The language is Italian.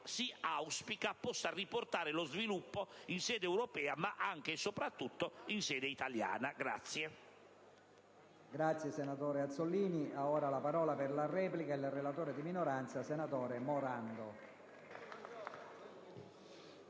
si auspica possa riportare lo sviluppo in sede europea ma anche, e soprattutto, in sede italiana.